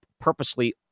purposely